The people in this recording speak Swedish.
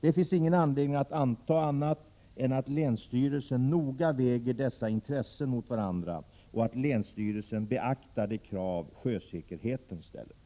Det finns ingen anledning att anta annat än att länsstyrelsen noga väger dessa intressen mot varandra och att länsstyrelsen beaktar de krav sjösäkerheten ställer.